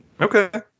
Okay